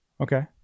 okay